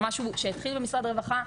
זה משהו שהתחיל במשרד הרווחה,